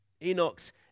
Enoch's